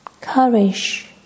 courage